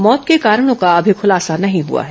मौत के कारणों का अभी खुलासा नहीं हआ है